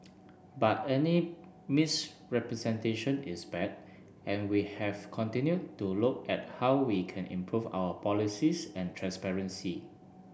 but any misrepresentation is bad and we have continued to look at how we can improve our policies and transparency